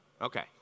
Okay